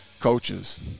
coaches